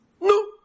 No